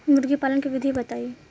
मुर्गीपालन के विधी बताई?